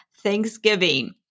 Thanksgiving